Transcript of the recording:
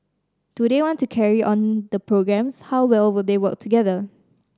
do they want to carry on the programmes how well will they work together